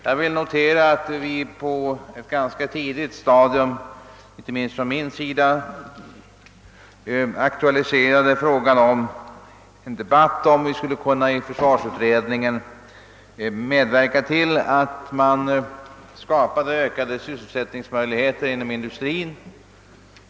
Jag vill erinra om att vi på ett gans ka tidigt stadium — inte minst jag själv — aktualiserade frågan om vi i försvarsutredningen skulle kunna medverka till att skapa ökade sysselsättningsmöjligheter inom industrin.